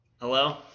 Hello